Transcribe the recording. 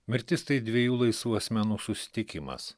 mirtis tai dviejų laisvų asmenų susitikimas